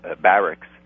barracks